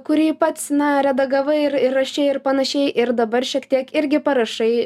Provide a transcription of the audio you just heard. kurį pats na redagavai ir ir rašei ir panašiai ir dabar šiek tiek irgi parašai